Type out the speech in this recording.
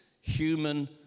Human